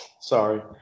sorry